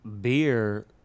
beer